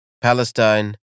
Palestine